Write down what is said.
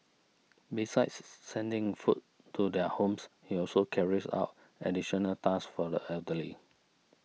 besides sending food to their homes he also carries out additional tasks for the elderly